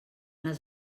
les